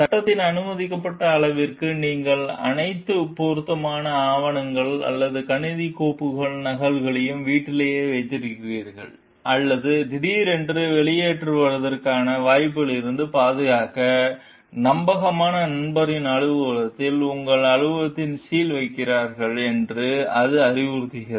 சட்டத்தால் அனுமதிக்கப்பட்ட அளவிற்கு நீங்கள் அனைத்து பொருத்தமான ஆவணங்கள் அல்லது கணினி கோப்புகளின் நகல்களையும் வீட்டிலேயே வைத்திருக்கிறீர்கள் அல்லது திடீரென வெளியேற்றப்படுவதற்கான வாய்ப்பிலிருந்து பாதுகாக்க நம்பகமான நண்பரின் அலுவலகத்தில் உங்கள் அலுவலகத்தை சீல் வைக்கிறீர்கள் என்று அது அறிவுறுத்துகிறது